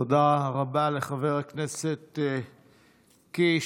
תודה רבה לחבר הכנסת קיש.